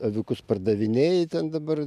aviukus pardavinėji ten dabar